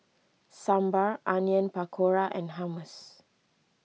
Sambar Onion Pakora and Hummus